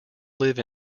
live